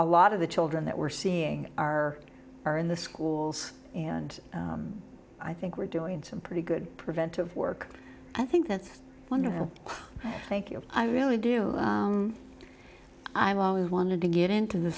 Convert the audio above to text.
a lot of the children that we're seeing are are in the schools and i think we're doing some pretty good preventive work i think that's wonderful thank you i really do i'm always wanted to get into the